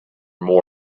more